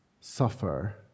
suffer